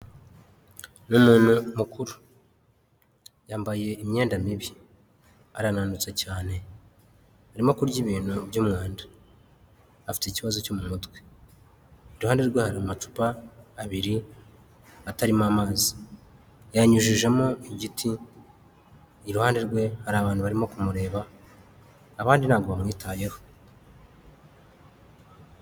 Ni umuntu mukuru yambaye imyenda mibi arananutse cyane arimo kurya ibintu by'umwanda afite ikibazo cyo mu mutwe, iruhande rwe hari amacupa abiri atarimo amazi yayanyujijemo igiti, iruhande rwe hari abantu barimo kumureba abandi ntabwo bamwitayeho.